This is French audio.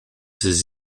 ses